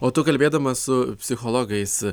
o tu kalbėdama su psichologais